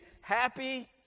happy